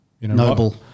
Noble